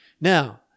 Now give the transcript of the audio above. Now